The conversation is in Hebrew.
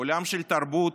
עולם של תרבות,